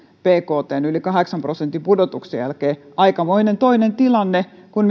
bktn yli kahdeksan prosentin pudotuksen jälkeen aika lailla toinen kuin